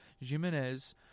Jimenez